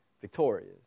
victorious